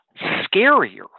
scarier